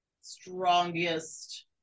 strongest